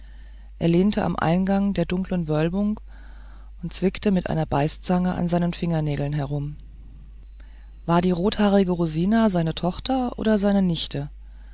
er lehnte am eingang der dunklen wölbung und zwickte mit einer beißzange an seinen fingernägeln herum war die rothaarige rosina seine tochter oder seine nichte